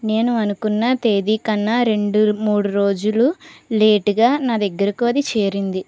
నేను అనుకున్న తేదీ కన్నా రెండు మూడు రోజులు లేట్గా నా దగ్గరకు అది చేరింది